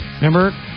Remember